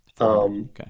Okay